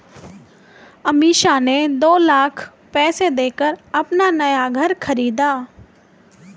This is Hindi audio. अमीषा ने दो लाख पैसे देकर अपना नया घर खरीदा